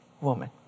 woman